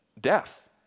death